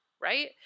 Right